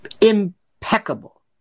impeccable